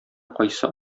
кайсы